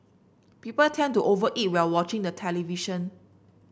people tend to over eat while watching the television